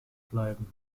bleiben